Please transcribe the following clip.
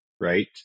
right